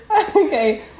Okay